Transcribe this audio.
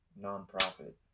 non-profit